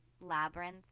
Labyrinth